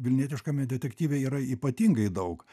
vilnietiškame detektyve yra ypatingai daug